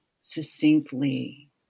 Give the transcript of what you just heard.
succinctly